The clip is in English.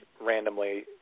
randomly